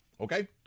Okay